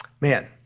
Man